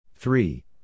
Three